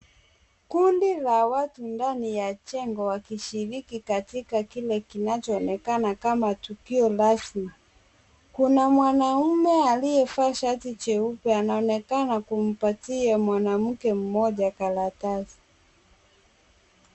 Kundi la watu ndani ya jengo wakishiriki katika kile kinachoonekana kama tukio rasmi. Kuna mwanaume aliyevaa shati jeupe anaonekana kumpatia mwanamke mmoja karatasi.